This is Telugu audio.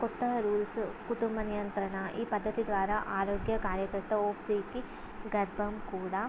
కొత్తగా రూల్స్ కుటుంబ నియంత్రణ ఈ పద్ధతి ద్వారా ఆరోగ్య కార్యకర్త ఓపికి గర్భం కూడా